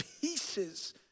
pieces